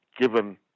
given